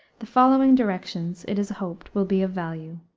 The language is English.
the following directions, it is hoped, will be of value.